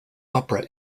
opera